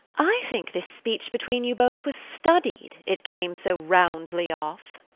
i think this speech between you both was studied, it came so roundly off.